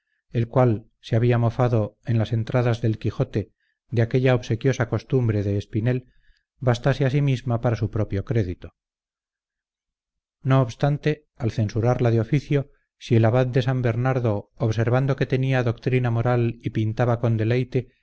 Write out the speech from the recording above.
el cual se había mofado en las entradas del quijotes de aquella obsequiosa costumbre de espinel bastábase a sí misma para su propio crédito no obstante al censurarla de oficio si el abad de san bernardo observando que tenía doctrina moral y pintaba con deleite